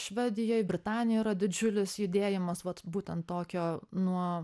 švedijoj britanijoj yra didžiulis judėjimas vat būtent tokio nuo